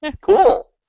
Cool